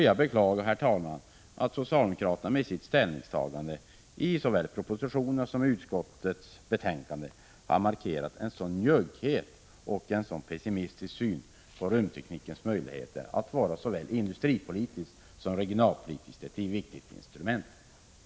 Jag beklagar att socialdemokraterna med sitt ställningstagande såväl i propositionen som i utskottsbetänkandet har markerat en sådan njugghet och en så pessimistisk syn på rymdteknikens möjligheter att vara såväl industripolitiskt som regionalpolitiskt ett viktigt instrument.